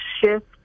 shift